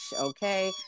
okay